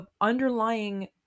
underlying